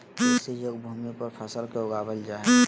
कृषि योग्य भूमि पर फसल के उगाबल जा हइ